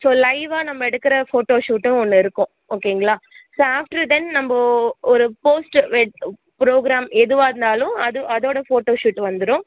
so லைவ்வாக நம்ம எடுக்கிற ஃபோட்டோ ஷூட்டும் ஒன்று இருக்கும் ஓகேங்களா ஸோ ஆஃப்டர் தென் நம்ம ஒரு போஸ்ட்டு வெட் ப்ரோக்ராம் எதுவாக இருந்தாலும் அது அதோடய ஃபோட்டோ ஷூட் வந்துடும்